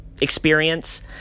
experience